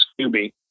Scooby